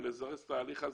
ולזרז את ההליך הזה,